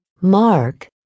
Mark